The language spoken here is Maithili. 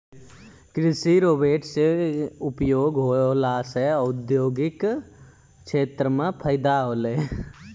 कृषि रोवेट से उपयोग होला से औद्योगिक क्षेत्र मे फैदा होलै